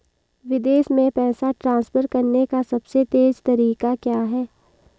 विदेश में पैसा ट्रांसफर करने का सबसे तेज़ तरीका क्या है?